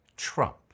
Trump